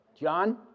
John